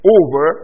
over